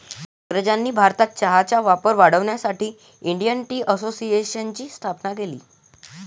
इंग्रजांनी भारतात चहाचा वापर वाढवण्यासाठी इंडियन टी असोसिएशनची स्थापना केली